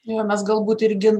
jo mes galbūt irgi